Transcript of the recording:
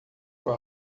com